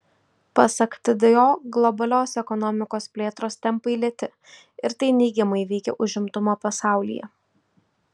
pasak tdo globalios ekonomikos plėtros tempai lėti ir tai neigiamai veikia užimtumą pasaulyje